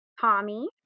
Tommy